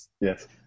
Yes